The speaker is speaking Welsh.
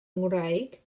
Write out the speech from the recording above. ngwraig